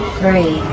three